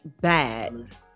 bad